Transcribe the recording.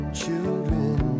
children